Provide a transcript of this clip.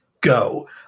go